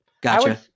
Gotcha